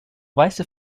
weiße